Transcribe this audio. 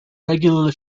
regularly